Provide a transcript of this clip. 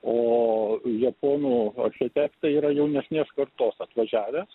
o japonų architektai yra jaunesnės kartos atvažiavęs